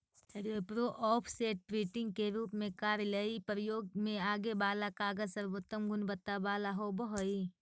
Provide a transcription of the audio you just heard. repro, offset, printing के रूप में कार्यालयीय प्रयोग में आगे वाला कागज सर्वोत्तम गुणवत्ता वाला होवऽ हई